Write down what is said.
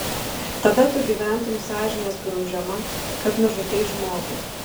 tada tu gyventumei sąžinės graužiama kad nužudei žmogų